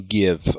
give